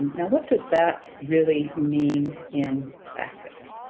now what does that really mean in practice?